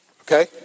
Okay